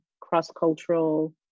cross-cultural